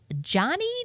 Johnny